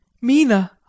Mina